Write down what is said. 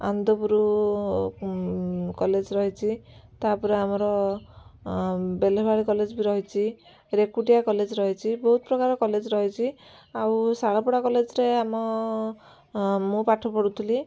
ଆନ୍ଦପୁରୁ college ରହିଛି ତାପରେ ଆମର ବେଲବାଳି କଲେଜ ବି ରହିଛି ରେକୁଟିଆ କଲେଜ ରହିଛି ବହୁତ ପ୍ରକାର କଲେଜ ରହିଛି ଆଉ ଶାଳପଡ଼ା କଲେଜରେ ଆମ ମୁଁ ପାଠ ପଢ଼ୁଥିଲି